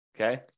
Okay